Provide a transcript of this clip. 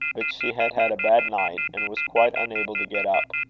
but she had had a bad night, and was quite unable to get up.